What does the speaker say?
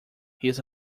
his